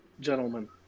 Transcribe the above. gentlemen